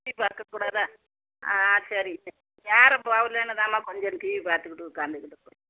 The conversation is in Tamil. டிவி பார்க்கக்கூடாதா ஆ சரி நேரம் போகலேன்னு தாம்மா கொஞ்சம் டிவி பார்த்துக்கிட்டு உட்காந்துக்கிட்டு